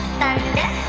thunder